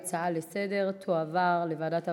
להצעה לסדר-היום ולהעביר את הנושא לוועדת העבודה,